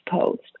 post